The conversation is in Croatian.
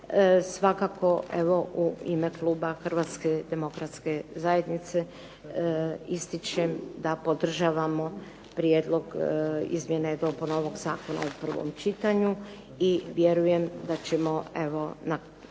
Svakako evo u ime kluba Hrvatske demokratske zajednice ističem da podržavamo prijedlog izmjena i dopuna ovog zakona u prvom čitanju i vjerujem da ćemo evo